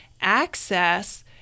access